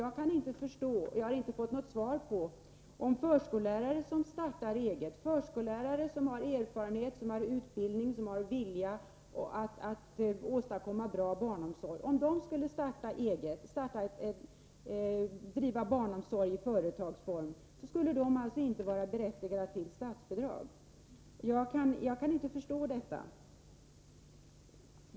Jag har inte heller fått något svar på frågan varför förskollärare som har utbildning, erfarenhet och vilja att åstadkomma bra barnomsorg och som startar eget, börjar driva barnomsorg i företagsform, inte skulle vara berättigade till statsbidrag. Jag kan inte förstå det.